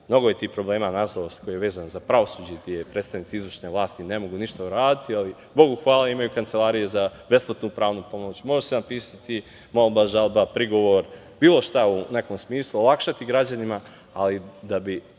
mnogo je tih problema nažalost koji je vezan za pravosuđe gde predstavnici izvršne vlasti ne mogu ništa uraditi, ali Bogu hvala imaju kancelarije za besplatnu pravnu pomoć. Može se napisati molba, žalba, prigovor, bilo šta u nekom smislu olakšati građanima, ali da bi